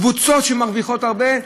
קבוצות שמרוויחות הרבה,